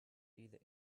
either